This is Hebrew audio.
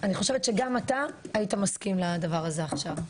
אני חושבת שגם אתה היית מסכים לדבר הזה עכשיו,